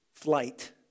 flight